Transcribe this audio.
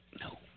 No